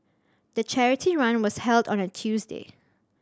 the charity run was held on a Tuesday